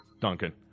Duncan